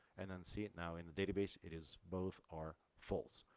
and then see it now in the database. it is. both are false.